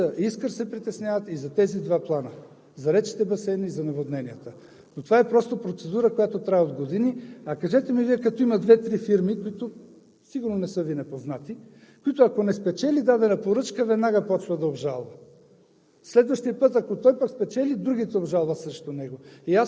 Недейте да мислите, че хората в Министерството не се притесняват. И за Искър се притесняват, и за тези два плана, за речните басейни и за наводненията, но това е процедура, която трае от години. Кажете ми Вие, като има две-три фирми – тук сигурно не са Ви непознати, които ако не спечелят дадена поръчка, веднага започват да обжалват.